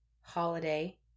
holiday